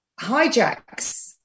hijacks